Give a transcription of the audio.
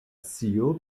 scio